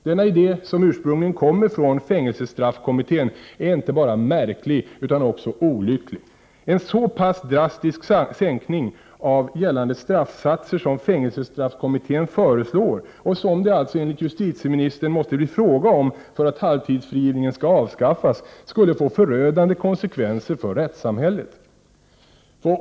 Denna idé, som ursprungligen kommer från fängelsestraffkommittén, är inte bara märklig, utan också olycklig. En så pass drastisk sänkning av gällande straffsatser som fängelsestraffkommittén föreslår och som det enligt justitieministern måste bli fråga om för att halvtidsfrigivningen skall avskaffas, skulle få förödande konsekvenser för rättssamhället.